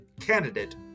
candidate